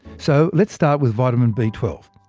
so let's start with vitamin b twelve.